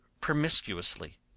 promiscuously